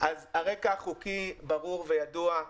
אז הרקע החוקי ברור וידוע,